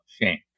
shame